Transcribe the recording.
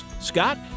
Scott